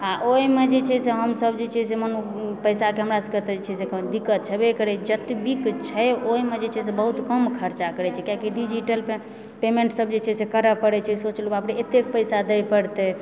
आ ओहिमे जे छै से हम सब जे छै मानू पैसाके हमरा सबकेँ जे छै से दिक्कत छेबे करैया जतबीक छै ओहिमे जे छै बहुत कम खरचा करए छै किआकि डीजिटल पेमेन्ट सब जे छै से करए पड़ै छै सोचलहुँ बाप रे एतेक पैसा दए पड़तै